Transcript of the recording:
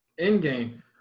Endgame